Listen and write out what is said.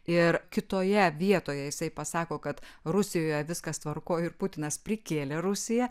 ir kitoje vietoje jisai pasako kad rusijoje viskas tvarkoj ir putinas prikėlė rusiją